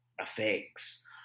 affects